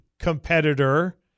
Competitor